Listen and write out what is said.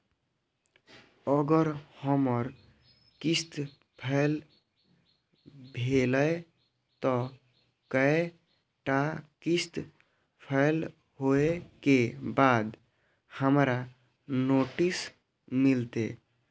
अगर हमर किस्त फैल भेलय त कै टा किस्त फैल होय के बाद हमरा नोटिस मिलते?